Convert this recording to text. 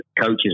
coaches